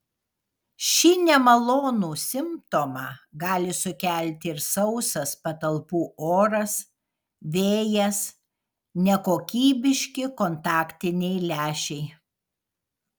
šį nemalonų simptomą gali sukelti ir sausas patalpų oras vėjas nekokybiški kontaktiniai lęšiai